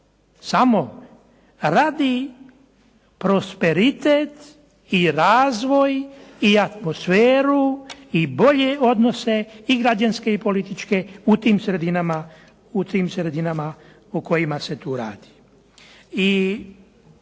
samo radi prosperitet i razvoj i atmosferu i bolje odnose i građanske i političke u tim sredinama o kojima se tu radi. I